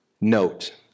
note